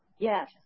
Yes